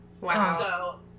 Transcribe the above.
Wow